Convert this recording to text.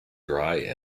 dry